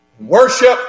worship